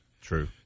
true